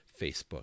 Facebook